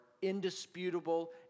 Indisputable